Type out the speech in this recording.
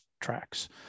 tracks